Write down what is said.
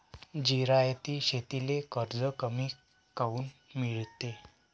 जिरायती शेतीले कर्ज कमी काऊन मिळते?